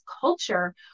culture